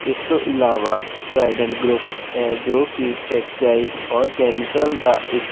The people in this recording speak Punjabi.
ਇਸ ਤੋਂ ਇਲਾਵਾ ਟ੍ਰਾਇਡੈਂਟ ਗਰੁੱਪ ਹੈ ਜੋ ਕਿ ਟੈਕਸਟਾਈਲ ਔਰ ਕੈਮੀਕਲ ਦਾ ਇੱਕ